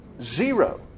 zero